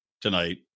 tonight